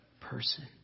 person